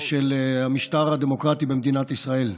של המשטר הדמוקרטי במדינת ישראל.